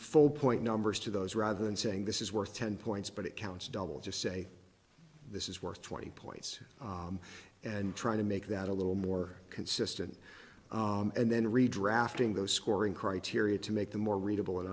full point numbers to those rather than saying this is worth ten points but it counts double just say this is worth twenty points and trying to make that a little more consistent and then redrafting those scoring criteria to make them more readable and